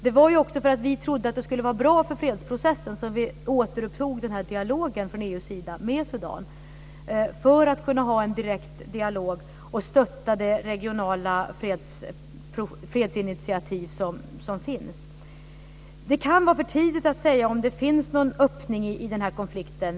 Det var också för att vi trodde att det var bra för fredsprocessen som vi från EU återupptog dialogen med Sudan för att kunna stötta de regionala fredsinitiativ som har tagits. Det kan vara för tidigt att säga om det finns någon öppning i konflikten.